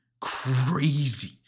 crazy